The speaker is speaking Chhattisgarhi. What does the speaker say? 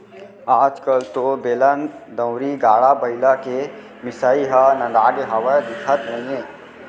आज कल तो बेलन, दउंरी, गाड़ा बइला के मिसाई ह नंदागे हावय, दिखते नइये